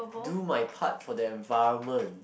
do my part for the environment